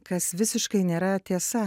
kas visiškai nėra tiesa